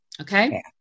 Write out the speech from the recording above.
Okay